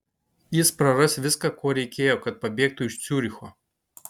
jis praras viską ko reikėjo kad pabėgtų iš ciuricho